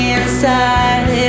inside